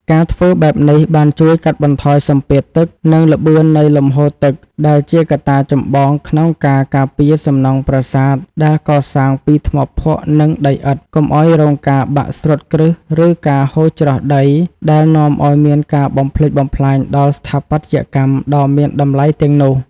ការធ្វើបែបនេះបានជួយកាត់បន្ថយសម្ពាធទឹក និងល្បឿននៃលំហូរទឹក ដែលជាកត្តាចម្បងក្នុងការការពារសំណង់ប្រាសាទដែលកសាងពីថ្មភក់ និងដីឥដ្ឋ កុំឱ្យរងការបាក់ស្រុតគ្រឹះ ឬការហូរច្រោះដីដែលនាំឱ្យមានការបំផ្លិចបំផ្លាញដល់ស្ថាបត្យកម្មដ៏មានតម្លៃទាំងនោះ។